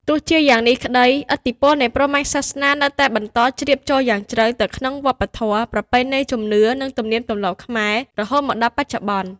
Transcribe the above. ទោះជាយ៉ាងនេះក្ដី ឥទ្ធិពលនៃព្រហ្មញ្ញសាសនានៅតែបន្តជ្រាបចូលយ៉ាងជ្រៅទៅក្នុង វប្បធម៌ ប្រពៃណី ជំនឿ និងទំនៀមទម្លាប់ខ្មែរ រហូតមកដល់បច្ចុប្បន្ន។